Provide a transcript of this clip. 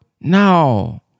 No